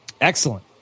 Excellent